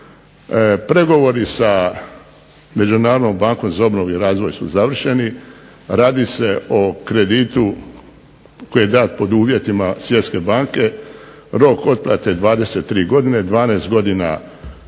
Pregovori sa Međunarodnom bankom za obnovu i razvoj su završeni. Radi se o kreditu koji je dat pod uvjetima Svjetske banke, rok otplate je 23 godine, 12 godina poček.